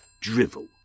drivel